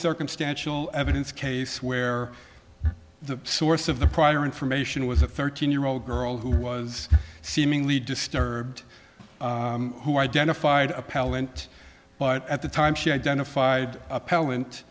circumstantial evidence case where the source of the prior information was a thirteen year old girl who was seemingly disturbed who identified appellant but at the time she identified a